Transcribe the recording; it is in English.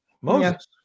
Moses